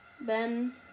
Ben